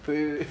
wait wait